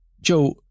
Joe